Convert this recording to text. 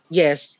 yes